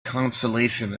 consolation